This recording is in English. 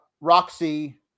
Roxy